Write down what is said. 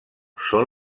són